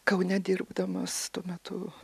kaune dirbdamas tuo metu